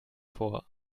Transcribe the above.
vor